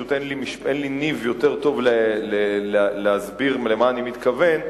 פשוט אין לי ניב יותר טוב להסביר למה אני מתכוון,